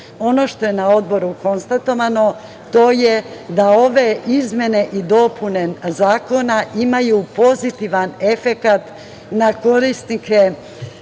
PIO.Ono što je na Odboru konstatovano, to je da ove izmene i dopune zakona imaju pozitivan efekat na korisnike